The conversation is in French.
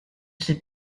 sais